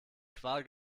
qual